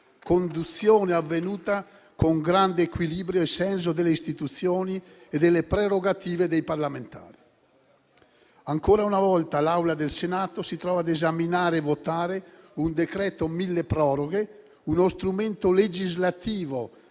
conduzione avvenuta con grande equilibrio e senso delle istituzioni e delle prerogative dei parlamentari. Ancora una volta l'Aula del Senato si trova a esaminare e votare un decreto milleproroghe, uno strumento legislativo